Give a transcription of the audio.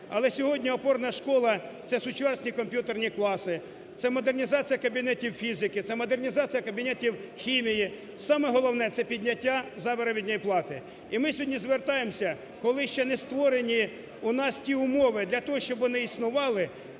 Але сьогодні опорна школа – це сучасні комп'ютерні класи, це модернізація кабінетів фізики, це модернізація кабінетів хімії, саме головне це підняття заробітної плати. І ми сьогодні звертаємося, коли ще не створені у нас ті умови для того, щоб вони існували,